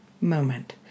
moment